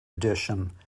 edition